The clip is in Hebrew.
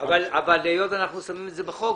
אבל היות ואנחנו שמים את זה בחוק,